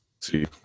see